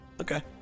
Okay